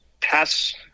pass –